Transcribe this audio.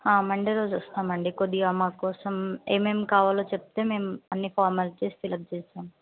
Monday రోజు వస్తాం అండి కొద్దిగా మాకోసం ఏమేమి కావాలో చెప్తే మేము అన్ని ఫార్మాలిటీస్ ఫిలప్ చేస్తాం